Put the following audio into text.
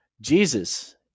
jesus